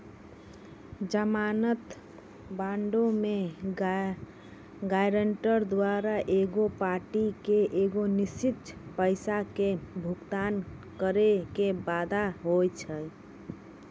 जमानत बांडो मे गायरंटर द्वारा एगो पार्टी के एगो निश्चित पैसा के भुगतान करै के वादा होय छै